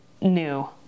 new